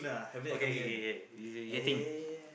okay ya ya ya you can think